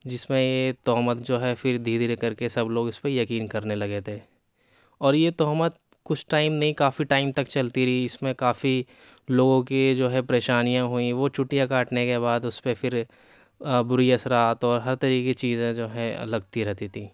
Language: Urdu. جس میں یہ تہمت جو ہے پھر دھیرے دھیرے کر کے سب لوگ اس پہ یقین کرنے لگے تھے اور یہ تہمت کچھ ٹائم نہیں کافی ٹائم تک چلتی رہی اس میں کافی لوگوں کی جو ہے پریشانیاں ہوئیں وہ چٹیاں کاٹنے کے بعد اس پہ پھر بری اثرات اور ہر طرح کی چیزیں جو ہیں لگتی رہتی تھیں